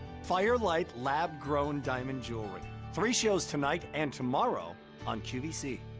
fire light lab groom diamond jewelry, three shows tonight and tomorrow on qvc.